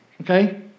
Okay